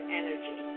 energy